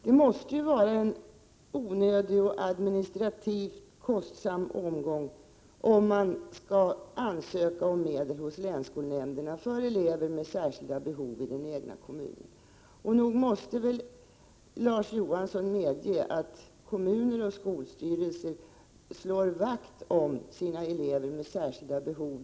Det måste vara en onödig och administrativt kostsam omgång, om man skall ansöka om medel hos länsskolnämnderna för elever med särskilda behov i den egna kommunen. Nog måste väl Larz Johansson medge att kommuner och skolstyrelser slår vakt om sina elever med särskilda behov.